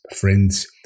friends